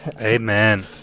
Amen